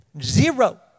Zero